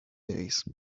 days